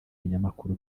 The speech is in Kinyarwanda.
binyamakuru